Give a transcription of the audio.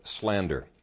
slander